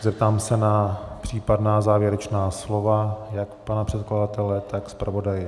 Zeptám se na případná závěrečná slova jak pana předkladatele, tak zpravodaje?